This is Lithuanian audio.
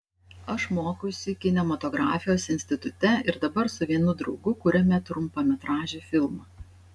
aš mokausi kinematografijos institute ir dabar su vienu draugu kuriame trumpametražį filmą